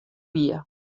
wie